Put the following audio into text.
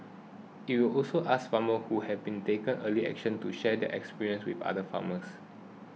it will also ask farmers who have taken early action to share their experience with other farmers